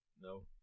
No